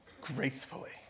gracefully